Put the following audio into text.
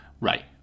right